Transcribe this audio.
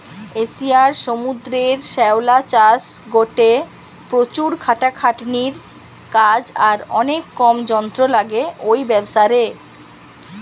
এশিয়ার সমুদ্রের শ্যাওলা চাষ গটে প্রচুর খাটাখাটনির কাজ আর অনেক কম যন্ত্র লাগে ঔ ব্যাবসারে